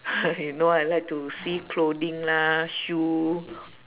you know I like to see clothing lah shoe